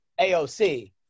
AOC